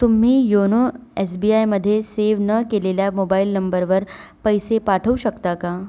तुम्ही YONO S B आयमध्ये save न केलेल्या मोबाईल नंबरवर पैसे पाठवू शकता का